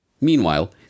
Meanwhile